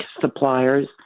suppliers